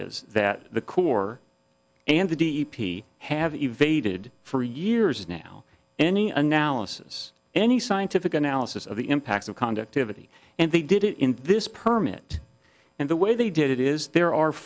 is that the corps and the d p have evaded for years now any analysis any scientific analysis of the impacts of conduct to vittie and they did it in this permit and the way they did it is there are